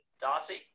Darcy